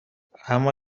اما